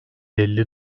elli